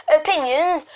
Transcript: opinions